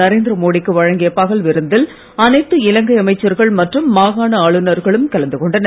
நரேந்திர மோடி க்கு வழங்கிய பகல் விருந்தில் அனைத்து இலங்கை அமைச்சர்கள் மற்றும் மாகாண ஆளுனர்களும் கலந்துகொண்டனர்